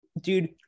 dude